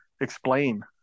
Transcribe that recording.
explain